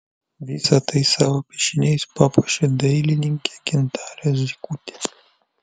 visa tai savo piešiniais papuošė dailininkė gintarė zykutė